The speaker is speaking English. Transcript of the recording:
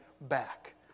back